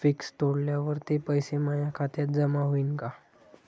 Fix तोडल्यावर ते पैसे माया खात्यात जमा होईनं का?